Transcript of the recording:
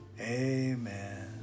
Amen